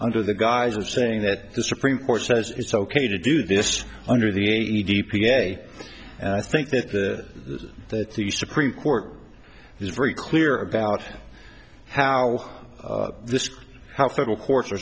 under the guise of saying that the supreme court says it's ok to do this under the way and i think that the that the supreme court is very clear about how this how federal courts are